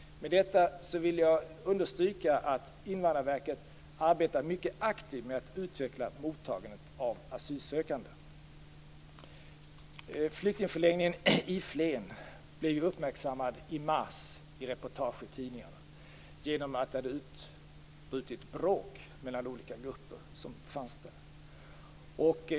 Med detta vill jag understryka att Invandrarverket mycket aktivt arbetar med att utveckla mottagandet av asylsökande. Flyktingförläggningen i Flen blev uppmärksammad i mars i reportage i tidningarna efter det att det hade utbrutit bråk mellan olika grupper där.